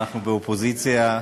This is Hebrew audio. אנחנו באופוזיציה,